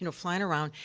and flying around,